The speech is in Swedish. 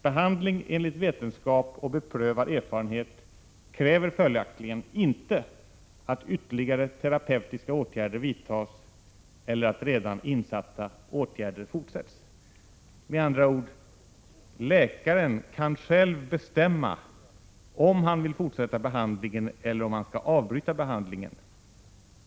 Behandling enligt vetenskap och beprövad erfarenhet kräver följaktligen inte att ytterligare terapeutiska åtgärder vidtas eller att redan insatta åtgärder fortsätts. — Med andra ord: Läkaren kan själv bestämma om han vill fortsätta behandlingen eller om han skall avbryta behandlingen.